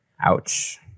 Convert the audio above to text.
Ouch